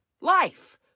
Life